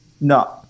No